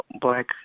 Black